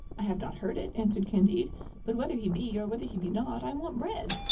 i have not heard it, answered candide but whether he be, or whether he be not, i want bread.